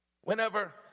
Whenever